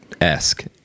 esque